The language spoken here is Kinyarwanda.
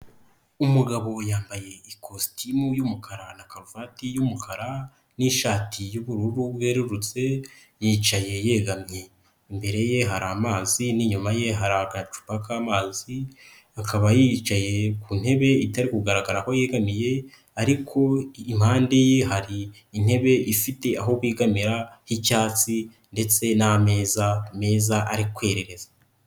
Umugabo yambaye ikositimu y'umukara na karuvati y'umukara n'ishati y'ubururu bwerurutse, yicaye yegamimye, imbere ye hari amazi n'inyuma ye hari agacupa k'amazi, akaba yicaye ku ntebe itari kugaragara aho yegamiye ariko impande ye hari intebe ifite aho begamra y'icyatsi ndetse n'ameza meza ari kwerereza.